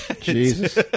Jesus